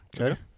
Okay